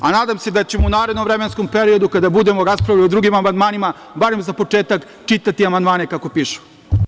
Nadam se da ćemo u narednom vremenskom periodu, kada budemo raspravljali o drugim amandmanima, barem za početak čitati amandmane kako pišu.